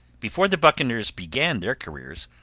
before the buccaneers began their careers,